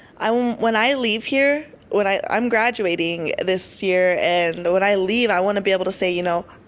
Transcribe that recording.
i won't when i leave here, when i i'm graduating this year and when but i leave i wanna be able to say you know,